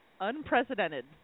Unprecedented